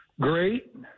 Great